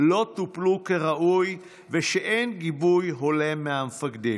לא טופלו כראוי ושאין גיבוי הולם מהמפקדים.